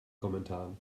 kommentaren